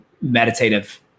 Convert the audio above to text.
meditative